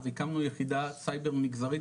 הקמנו יחידת סייבר מגזרי,